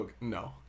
No